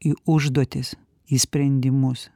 į užduotis į sprendimus